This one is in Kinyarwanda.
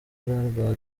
rwa